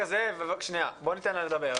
בואו ניתן לסימה לדבר.